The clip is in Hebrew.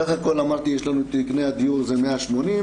בסך הכל אמרתי תיקני הדיור זה 180,